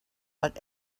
but